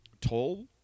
toll